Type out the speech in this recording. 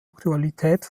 aktualität